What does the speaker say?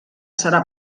serà